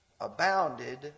abounded